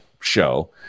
show